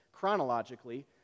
chronologically